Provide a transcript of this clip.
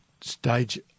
stage